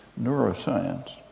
neuroscience